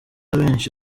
benshi